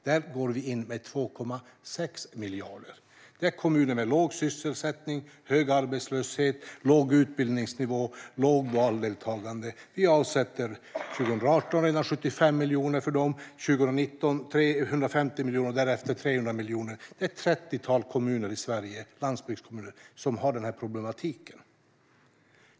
Där går vi in med 2,6 miljarder. Det är kommuner med låg sysselsättning, hög arbetslöshet, låg utbildningsnivå och lågt valdeltagande. Vi avsätter 75 miljoner till dem 2018, 350 miljoner 2019 och därefter 300 miljoner. Det är ett trettiotal landsbygdskommuner i Sverige som har denna problematik.